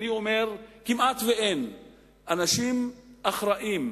אני אומר שכמעט אין אנשים אחראיים,